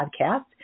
podcast